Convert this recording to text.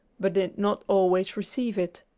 but did not always receive it.